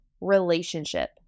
relationship